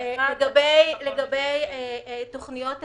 לגבי תכניות הקיץ,